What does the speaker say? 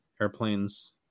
airplanes